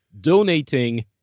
donating